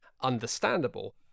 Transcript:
understandable